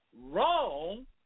wrong